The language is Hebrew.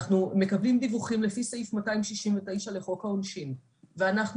אנחנו מקבלים דיווחים לפי סעיף 269 לחוק העונשין ואנחנו